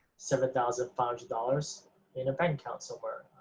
seven thousand five hundred dollars in a bank account somewhere,